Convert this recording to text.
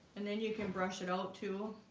and then you can brush it out, too